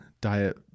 diet